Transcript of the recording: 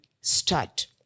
start